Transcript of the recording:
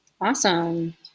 awesome